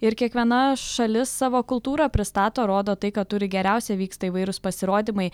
ir kiekviena šalis savo kultūrą pristato rodo tai ką turi geriausia vyksta įvairūs pasirodymai